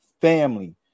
family